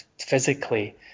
physically